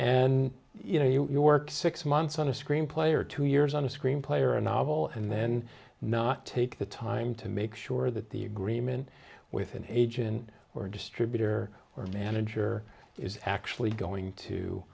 and you know you're working six months on a screenplay or two years on a screenplay or a novel and then not take the time to make sure that the agreement with an agent or distributor or manager is actually going to